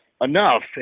Enough